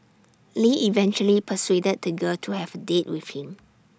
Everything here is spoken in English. lee eventually persuaded the girl to have A date with him